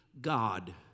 God